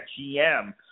GM